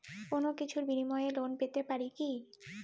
কোনো কিছুর বিনিময়ে লোন পেতে পারি কি?